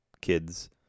kids